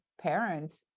parents